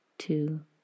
Two